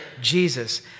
Jesus